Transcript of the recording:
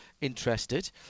interested